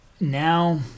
now